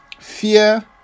fear